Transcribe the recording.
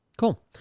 Cool